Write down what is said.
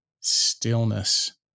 stillness